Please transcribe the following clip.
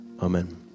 amen